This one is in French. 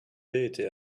était